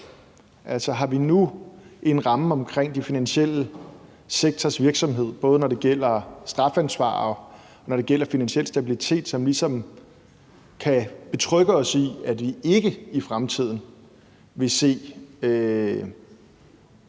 Altså, har vi nu en ramme omkring den finansielle sektors virksomhed, både når det gælder strafansvar, og når det gælder finansiel stabilitet, som ligesom kan betrygge os i, at vi ikke i fremtiden vil se